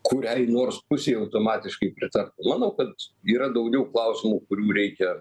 kuriai nors pusei automatiškai pritartų manau kad yra daugiau klausimų kurių reikia